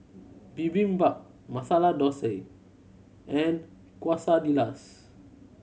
Bibimbap Masala Dosa and Quesadillas